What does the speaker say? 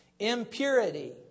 Impurity